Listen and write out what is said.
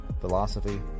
philosophy